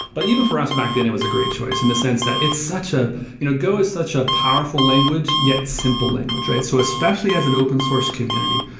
but even for us back then, it was a great choice in the sense that it's such a you know go is such a powerful language, yet simple language. so especially as an open source community,